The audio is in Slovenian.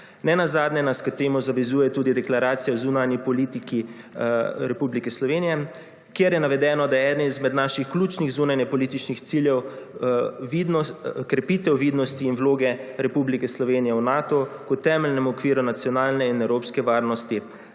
Nenazadnje nas k temu zavezuje tudi deklaracija o zunanji politiki Republike Slovenije, kjer je navedeno, da ene izmed naših ključnih zunanjepolitičnih ciljev krepitev vidnosti in vloge Republike Slovenije v Natu, kot temeljen okviru nacionalne in evropske varnosti,